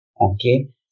Okay